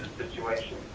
situation.